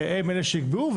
והם אלה שיקבעו.